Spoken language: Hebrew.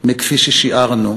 מכפי ששיערנו,